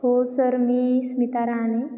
हो सर मी स्मिता राहने